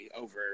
over